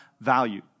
value